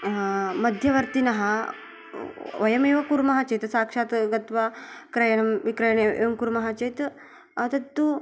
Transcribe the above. मध्यवर्तिनः वयमेव कुर्मः चेत् साक्षात् गत्वा क्रयणं विक्रयणम् एवं कुर्मः चेत् तत्तु